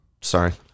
sorry